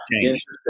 Interesting